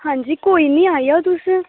आं जी कोई निं आई जाओ तुस